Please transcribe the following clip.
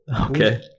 Okay